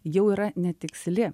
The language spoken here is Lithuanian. jau yra netiksli